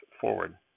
forward